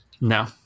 no